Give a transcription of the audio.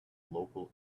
local